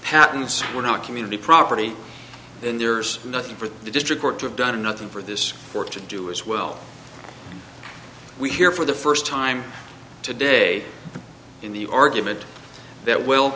patents were not community property then there's nothing for the district court to have done nothing for this work to do as well we hear for the first time today in the argument that well